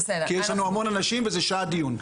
כי יש לנו המון אנשים וזה שעה דיון.